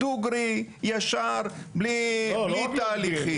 דוגרי, ישר, בלי, בלי תהליכים.